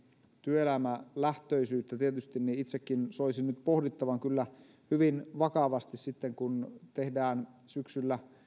työelämälähtöisyyttä tietysti itsekin kyllä soisin nyt pohdittavan hyvin vakavasti sitten kun tehdään syksyllä